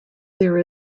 there